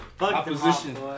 Opposition